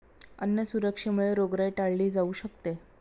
अन्न सुरक्षेमुळे रोगराई टाळली जाऊ शकते